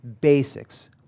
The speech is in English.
basics